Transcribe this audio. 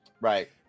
Right